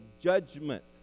judgment